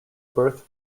birth